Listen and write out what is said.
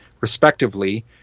respectively